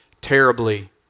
terribly